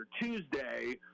Tuesday